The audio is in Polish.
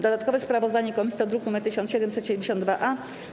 Dodatkowe sprawozdanie komisji to druk nr 1772-A.